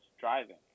driving